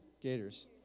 Gators